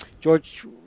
George